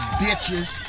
bitches